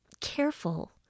careful